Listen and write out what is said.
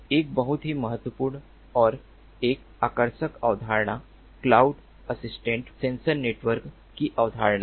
एक बहुत ही महत्वपूर्ण और एक आकर्षक अवधारणा क्लाउड असिस्टेड सेंसर नेटवर्क की अवधारणा है